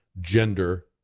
gender